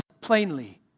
plainly